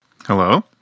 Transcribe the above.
Hello